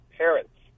parents